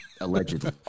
allegedly